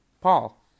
Paul